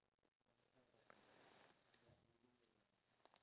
when people try to take advantage of us